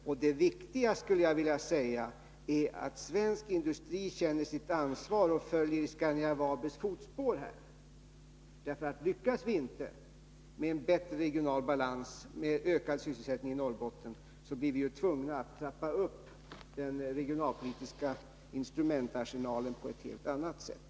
Det allra viktigaste är dock att svensk industri känner sitt ansvar och följer i Scania-Vabis fotspår. Lyckas vi inte åstadkomma en bättre regional balans och ökad sysselsättning i Norrbotten. då blir vi tvungna att trappa upp den regionalpolitiska instrumentarsenalen på ett helt annat sätt.